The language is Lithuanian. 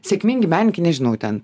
sėkmingi menininkai nežinau ten